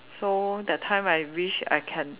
so that time I wish I can